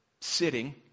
sitting